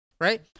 right